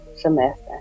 semester